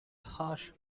harsh